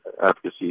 advocacy